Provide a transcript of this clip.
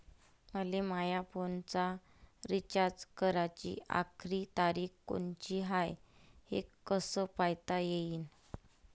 मले माया फोनचा रिचार्ज कराची आखरी तारीख कोनची हाय, हे कस पायता येईन?